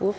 Jeg